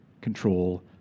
control